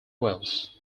wales